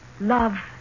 love